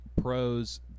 pros